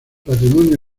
patrimonio